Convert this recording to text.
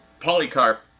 Polycarp